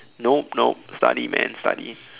nope nope study man study